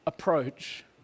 approach